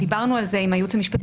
דיברנו על זה עם הייעוץ המשפטי,